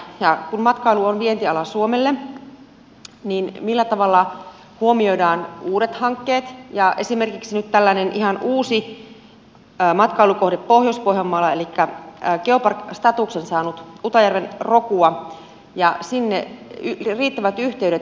kun matkailu on vientiala suomelle niin millä tavalla huomioidaan uudet hankkeet esimerkiksi nyt tällainen ihan uusi matkailukohde pohjois pohjanmaalla elikkä geopark statuksen saanut utajärven rokua ja sinne riittävät yhteydet